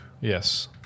Yes